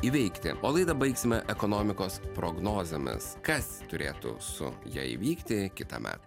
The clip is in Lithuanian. įveikti o laidą baigsime ekonomikos prognozėmis kas turėtų su ja įvykti kitąmet